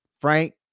Frank